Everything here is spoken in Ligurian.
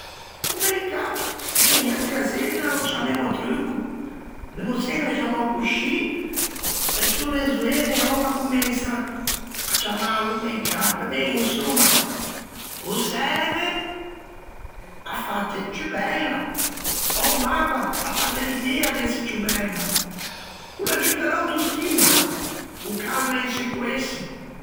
O make up, che niatri à Zena ô ciammemmo o trucco, l'emmo sempre ciammou coscì, e solo e zoene oua comensan à ciammâlo make up, eben insomma, o serve à fâte ciù bella, ò a-o manco à dâte l'idea de ëse ciù bella. O l'aggiutta l'autostimma, o calma e inseguesse.